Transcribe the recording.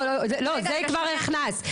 לא זה כבר נכנס,